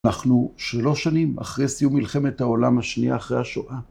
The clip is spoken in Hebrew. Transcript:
אנחנו שלוש שנים אחרי סיום מלחמת העולם השנייה אחרי השואה.